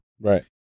Right